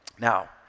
Now